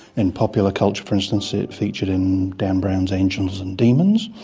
in popular culture, for instance, it featured in dan browns angels and demons,